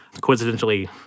Coincidentally